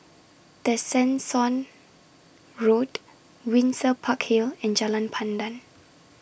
Tessensohn Road Windsor Park Hill and Jalan Pandan